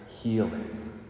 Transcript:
healing